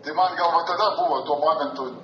tai man gal va tada buvo tuo momentu